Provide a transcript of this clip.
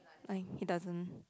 like he doesn't